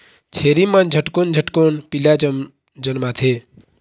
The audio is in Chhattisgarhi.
छेरी मन झटकुन झटकुन पीला जनमाथे